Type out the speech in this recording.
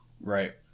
Right